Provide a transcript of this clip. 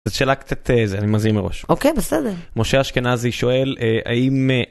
זאת שאלה קצת זה.. אני מזהיר מראש. אוקיי, בסדר. משה אשכנזי שואל אה.. האם אה...